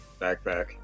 backpack